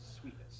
sweetness